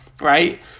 right